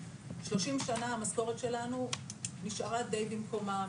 30 שנה המשכורת שלנו נשארה די במקומה,